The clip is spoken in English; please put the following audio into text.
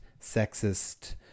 sexist